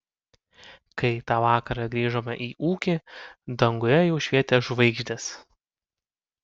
kai tą vakarą grįžome į ūkį danguje jau švietė žvaigždės